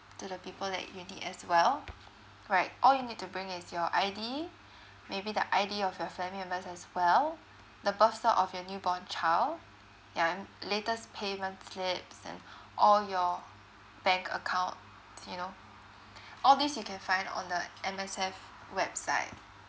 to the people that you need as well alright all you need to bring is your I_D maybe the I_D of your family members as well the birth cert of your newborn child then latest payment slip and all your bank account you know all these you can find on the M_S_F website